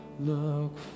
Look